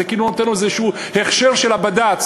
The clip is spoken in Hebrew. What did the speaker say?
זה כאילו נותן לו איזשהו הכשר של הבד"ץ